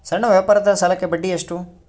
ಸಣ್ಣ ವ್ಯಾಪಾರದ ಸಾಲಕ್ಕೆ ಬಡ್ಡಿ ಎಷ್ಟು?